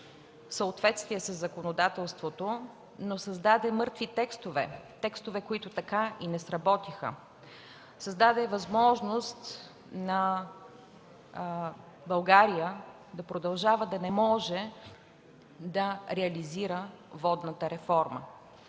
съответствие със законодателството, но създаде мъртви текстове, текстове, които така и не сработиха, създаде възможност на България да продължава да не може да реализира водната реформа.